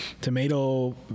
tomato